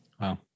Wow